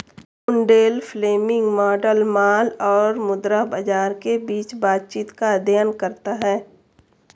Mundell Fleming model माल और मुद्रा बाजार के बीच बातचीत का अध्ययन करता है